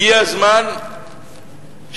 הגיע הזמן ששוב,